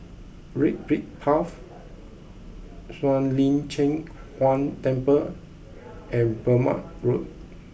Red Brick Path Shuang Lin Cheng Huang Temple and Burmah Road